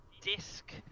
disc